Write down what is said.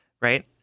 right